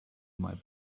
might